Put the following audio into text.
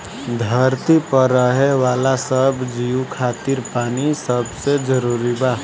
धरती पर रहे वाला सब जीव खातिर पानी सबसे जरूरी बा